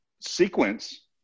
sequence